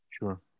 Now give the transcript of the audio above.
Sure